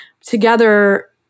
together